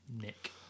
Nick